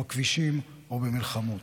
בכבישים או במלחמות.